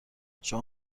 شما